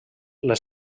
les